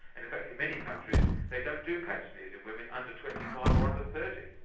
and in fact in many countries they don't do pap smears in women under twenty five or under thirty.